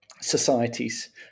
societies